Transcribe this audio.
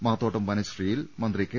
മാത്തോട്ടം വനശ്രീയിൽ മന്ത്രി കെ